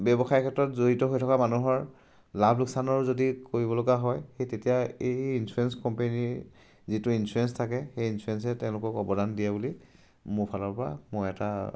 ব্যৱসায়ৰ ক্ষেত্ৰত জড়িত হৈ থকা মানুহৰ লাভ লোকচানৰ যদি কৰিবলগা হয় সেই তেতিয়া এই ইঞ্চুৰেঞ্চ কোম্পেনীৰ যিটো ইঞ্চুৰেঞ্চ থাকে সেই ইঞ্চুৰেঞ্চে তেওঁলোকক অৱদান দিয়ে বুলি মোৰ ফালৰপৰা মোৰ এটা